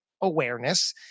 awareness